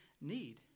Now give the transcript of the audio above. need